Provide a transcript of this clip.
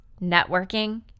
networking